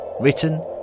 Written